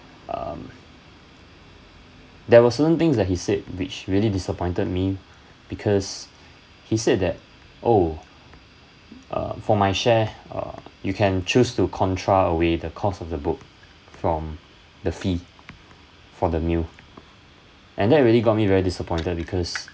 um there were certain things that he said which really disappointed me because he said that oh uh for my share uh you can choose to contract away the cost of the book from the fee for the new and that really got me very disappointed because